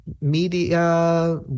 media